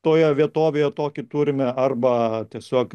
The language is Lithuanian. toje vietovėje tokį turime arba tiesiog